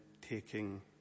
taking